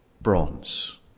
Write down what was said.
bronze